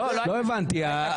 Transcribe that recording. לא הבנתי,